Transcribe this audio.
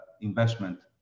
investment